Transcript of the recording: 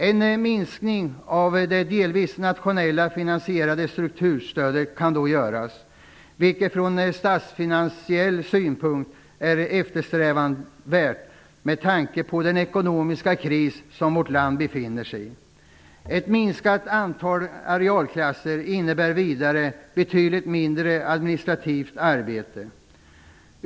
En minskning av det delvis nationellt finansierade strukturstödet kan då göras, vilket från statsfinansiell synpunkt är eftersträvansvärt med tanke på den ekonomiska kris som vårt land befinner sig i. Ett minskat antal arealklasser innebär vidare betydligt mindre mängd administrativt arbete.